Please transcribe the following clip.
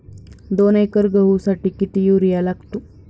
दोन एकर गहूसाठी किती युरिया लागतो?